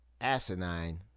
asinine